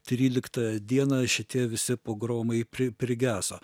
tryliktą dieną šitie visi pogromai pri prigeso